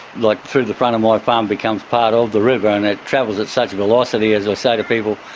like through the front of my farm becomes part of the river and it travels at such a velocity, as i say to people,